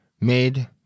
made